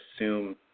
assume